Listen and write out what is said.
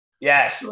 Yes